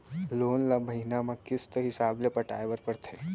loan ल महिना म किस्त हिसाब ले पटाए बर परथे